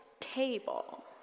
table